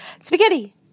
Spaghetti